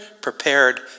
prepared